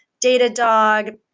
datadog,